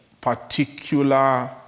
particular